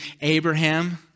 Abraham